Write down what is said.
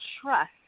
trust